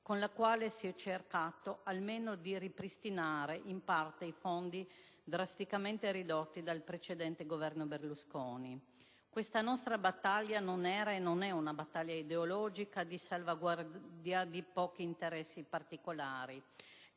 con la quale si è cercato almeno di ripristinare in parte i fondi drasticamente ridotti dal precedente Governo Berlusconi. Questa nostra battaglia non era e non è una battaglia ideologica di salvaguardia di pochi interessi particolari